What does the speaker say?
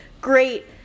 great